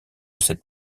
cette